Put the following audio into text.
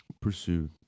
pursue